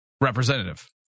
representative